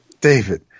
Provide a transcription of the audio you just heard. David